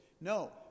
No